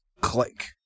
click